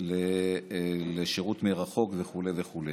לשירות מרחוק וכו'.